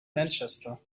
manchester